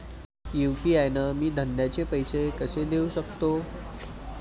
UPI न मी धंद्याचे पैसे कसे देऊ सकतो?